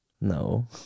No